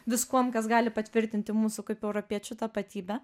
viskuom kas gali patvirtinti mūsų kaip europiečių tapatybę